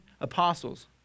apostles